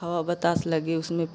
हवा बतास लगे उसमें